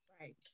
right